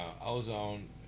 Ozone